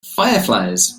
fireflies